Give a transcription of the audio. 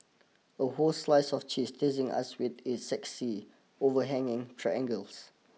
a whole slice of cheese teasing us with its sexy overhanging triangles